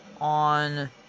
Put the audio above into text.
on